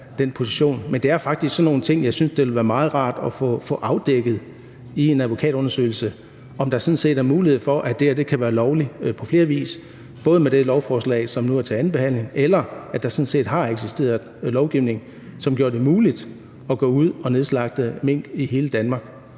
Men det er faktisk sådan nogle ting, jeg synes det ville være meget rart at få afdækket i en advokatundersøgelse, altså om der sådan set er mulighed for, at det her kan være lovligt på flere måder, både hvad angår det lovforslag, som nu er til andenbehandling, men også i forhold til om der sådan set har eksisteret lovgivning, som gjorde det muligt at gå ud og nedslagte mink i hele Danmark.